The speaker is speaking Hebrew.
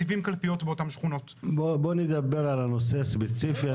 בוא נדבר על הנושא הספציפי.